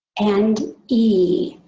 and e.